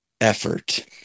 effort